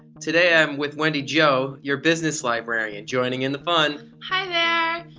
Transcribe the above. today i am with wendy jo, your business librarian joining in the fun. hi there!